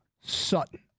Sutton